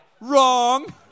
Wrong